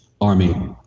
army